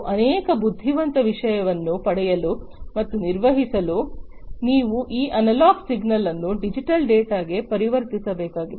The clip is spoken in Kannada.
ಮತ್ತು ಅನೇಕ ಬುದ್ಧಿವಂತ ವಿಷಯವನ್ನು ಪಡೆಯಲು ಮತ್ತು ನಿರ್ವಹಿಸಲು ನೀವು ಈ ಅನಲಾಗ್ ಸಿಗ್ನಲ್ ಅನ್ನು ಡಿಜಿಟಲ್ ಡೇಟಾಗೆ ಪರಿವರ್ತಿಸಬೇಕಾಗಿದೆ